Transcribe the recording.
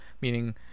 meaning